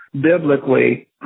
biblically